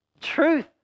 truth